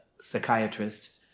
psychiatrist